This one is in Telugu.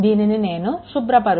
దీనిని నేను శుభ్రపరుస్తాను